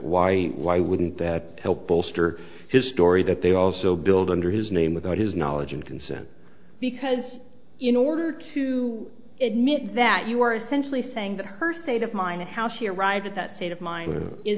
why why wouldn't that help bolster his story that they also billed under his name without his knowledge and consent because in order to admit that you are essentially saying that her state of mind of how she arrived at that state of mind is